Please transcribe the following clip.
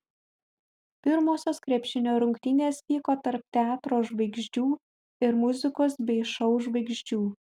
pirmosios krepšinio rungtynės vyko tarp teatro žvaigždžių ir muzikos bei šou žvaigždžių